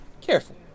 Careful